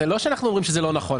אנחנו לא אומרים שזה לא נכון,